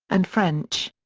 and french.